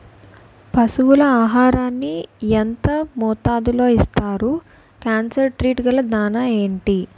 పశువుల ఆహారాన్ని యెంత మోతాదులో ఇస్తారు? కాన్సన్ ట్రీట్ గల దాణ ఏంటి?